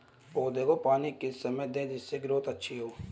पौधे को पानी किस समय दें जिससे ग्रोथ अच्छी हो?